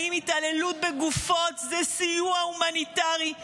האם התעללות בגופות זה סיוע הומניטרי?